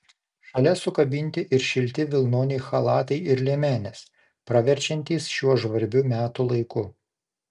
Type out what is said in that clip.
šalia sukabinti ir šilti vilnoniai chalatai ir liemenės praverčiantys šiuo žvarbiu metų laiku